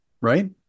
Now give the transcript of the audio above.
right